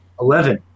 Eleven